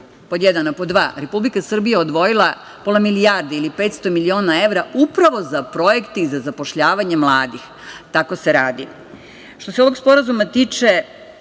dva – Republika Srbija je odvojila pola milijardi ili 500 miliona evra upravo za projekte i za zapošljavanje mladih. Tako se radi. Što se ovog sporazuma tiče,